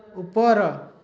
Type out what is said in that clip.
ଉପର